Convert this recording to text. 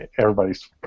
Everybody's